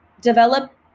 develop